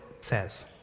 says